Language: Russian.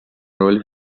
роль